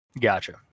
Gotcha